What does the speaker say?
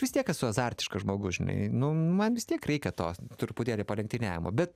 vis tiek esu azartiškas žmogus žinai nu man vis tiek reikia to truputėlį palenktyniavimo bet